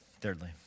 Thirdly